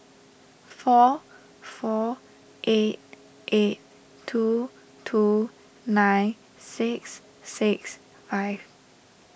four four eight eight two two nine six six five